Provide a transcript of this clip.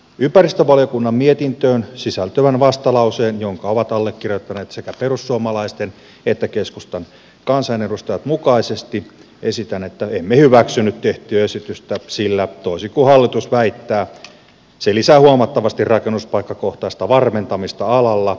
ympäristövaliokunnan mietintöön sisältyvän vastalauseen jonka ovat allekirjoittaneet sekä perussuomalaisten että keskustan kansanedustajat mukaisesti esitän että emme hyväksy nyt tehtyä esitystä sillä toisin kuin hallitus väittää se lisää huomattavasti rakennuspaikkakohtaista varmentamista alalla